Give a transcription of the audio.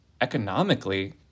economically